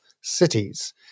cities